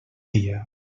dia